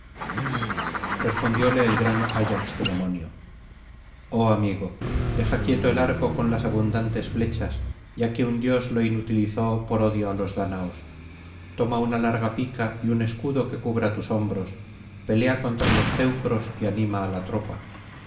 respondióle el gran ayax telamonio oh amigo deja quieto el arco con las abundantes flechas ya que un dios lo inutilizó por odio á los dáñaos toma una larga pica y un escudo que cubra tus hombros pelea contra los teucros y anima á la tropa